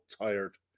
tired